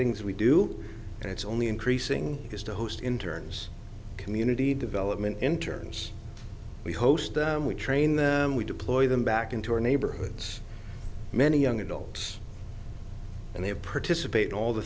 things we do and it's only increasing is to host interns community development interns we host them we train them we deploy them back into our neighborhoods many young adults and they